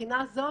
מבחינה זו,